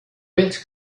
vells